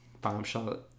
Bombshell